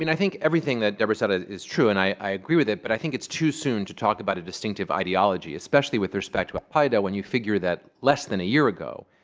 and i think everything that deborah said is true. and i agree with it. but i think it's too soon to talk about a distinctive ideology, especially with respect to al qaeda, when you figure that less than a year ago,